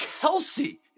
Kelsey